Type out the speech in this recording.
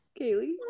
Kaylee